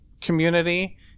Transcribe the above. community